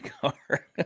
car